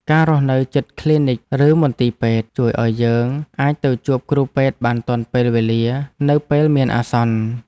ការរស់នៅជិតគ្លីនិកឬមន្ទីរពេទ្យជួយឱ្យយើងអាចទៅជួបគ្រូពេទ្យបានទាន់ពេលវេលានៅពេលមានអាសន្ន។